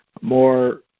more